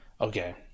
Okay